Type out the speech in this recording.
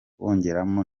bongeramo